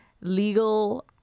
legal